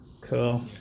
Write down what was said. cool